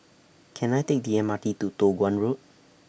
Can I Take The M R T to Toh Guan Road